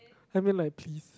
I mean like please